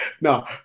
No